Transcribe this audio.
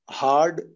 hard